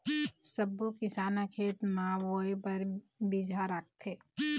सब्बो किसान ह खेत म बोए बर बिजहा राखथे